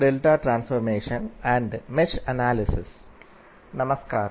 நமஸ்கார்